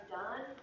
done